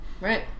Right